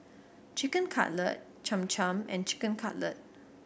Chicken Cutlet Cham Cham and Chicken Cutlet